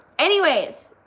anyways,